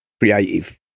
Creative